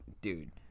dude